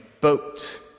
boat